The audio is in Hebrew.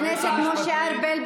חבר הכנסת משה ארבל,